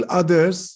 others